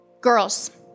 Girls